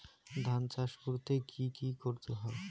ধান চাষ করতে কি কি করতে হয়?